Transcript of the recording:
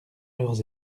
leurs